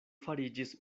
fariĝis